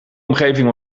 omgeving